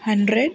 hundred